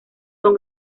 son